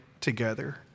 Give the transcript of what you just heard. together